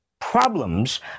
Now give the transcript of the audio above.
problems